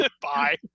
Bye